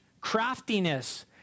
craftiness